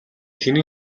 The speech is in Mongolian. хэн